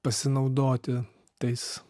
pasinaudoti tais